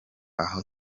aho